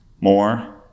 more